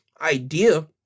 idea